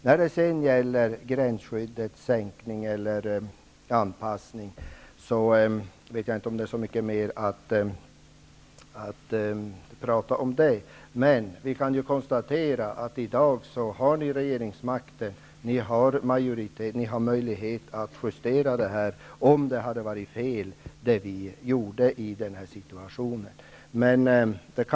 När det gäller sänkning eller anpassning av gränsskyddet, vet jag inte om det finns så mycker mer att säga om det. Vi kan emellertid konstatera att de borgerliga i dag har regeringsmakten och möjlighet att justera detta, om det som vi gjorde i denna situation var fel.